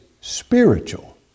spiritual